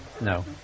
No